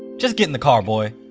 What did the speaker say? just get in the car boy!